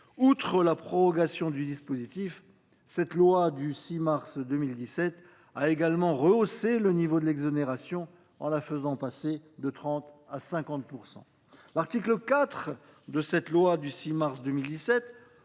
Outre la prorogation du dispositif, la loi du 6 mars 2017 a également rehaussé le niveau de l’exonération, la faisant passer de 30 % à 50 %. L’article 4 de cette même loi